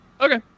Okay